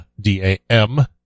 D-A-M